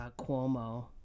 Cuomo